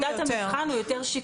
המסלול של פקודת המבחן הוא יותר שיקומי